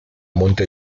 monte